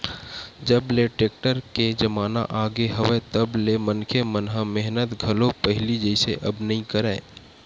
जब ले टेक्टर के जमाना आगे हवय तब ले मनखे मन ह मेहनत घलो पहिली जइसे अब नइ करय